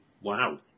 Wow